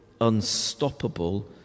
unstoppable